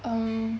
um